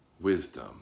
wisdom